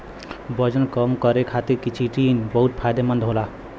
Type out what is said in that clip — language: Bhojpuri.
वजन कम करे खातिर चिटिन बहुत फायदेमंद होला